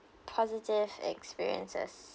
positive experiences